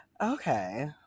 Okay